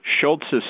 Schultz's